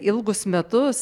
ilgus metus